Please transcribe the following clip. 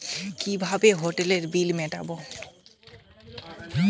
কিভাবে হোটেলের বিল মিটাব?